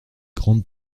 grandes